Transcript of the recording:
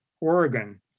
Oregon